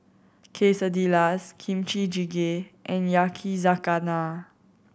Quesadillas Kimchi Jjigae and Yakizakana